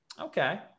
okay